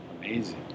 amazing